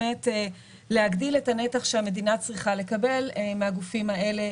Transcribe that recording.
להגדיל את הנתח שהמדינה צריכה לקבל מהגופים האלה,